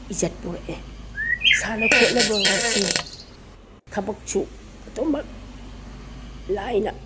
ꯏꯖꯠ ꯄꯨꯔꯛꯑꯦ ꯁꯥꯟꯅ ꯈꯣꯠꯅꯕꯁꯦ ꯊꯕꯛꯁꯨ ꯑꯗꯨꯝꯃꯛ ꯂꯥꯏꯅ